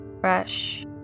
fresh